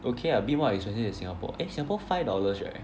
okay ah a bit more expensive than Singapore eh Singapore five dollars right